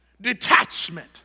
detachment